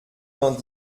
vingt